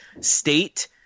state